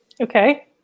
Okay